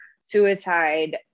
suicide